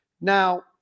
Now